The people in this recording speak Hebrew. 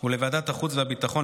ולוועדת החוץ והביטחון,